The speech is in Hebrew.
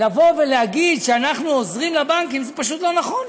להגיד שאנחנו עוזרים לבנקים, זה פשוט לא נכון.